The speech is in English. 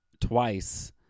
twice